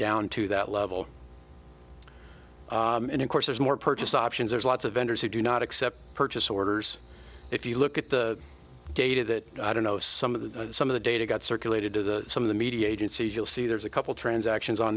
down to that level and of course there's more purchase options there's lots of vendors who do not accept purchase orders if you look at the data that i don't know some of the some of the data got circulated to some of the media agencies you'll see there's a couple transactions on